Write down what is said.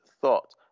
thought